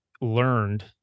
learned